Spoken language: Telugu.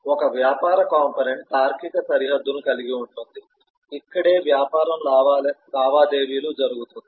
ఒక వ్యాపార కంపోనెంట్ తార్కిక సరిహద్దును కలిగి ఉంటుంది ఇక్కడే వ్యాపారం లావాదేవీలు జరుగుతుంది